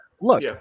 look